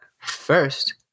first